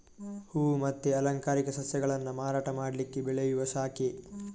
ಹೂವು ಮತ್ತೆ ಅಲಂಕಾರಿಕ ಸಸ್ಯಗಳನ್ನ ಮಾರಾಟ ಮಾಡ್ಲಿಕ್ಕೆ ಬೆಳೆಯುವ ಶಾಖೆ